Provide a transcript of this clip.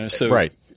Right